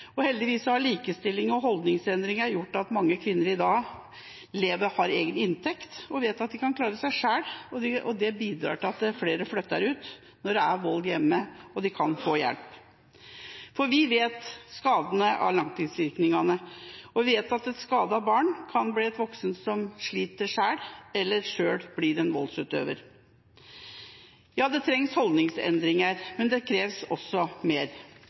og heldigvis har likestilling og holdningsendringer gjort at mange kvinner i dag har egen inntekt og vet at de kan klare seg selv, og det bidrar til at flere flytter ut når det er vold hjemme, og de kan få hjelp. Vi vet om skadene av langtidsvirkningene, og vi vet at et skadet barn kan bli en voksen som sliter selv, eller som selv blir en voldsutøver. Det trengs holdningsendringer, men det kreves også mer.